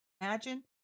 Imagine